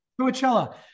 Coachella